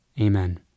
Amen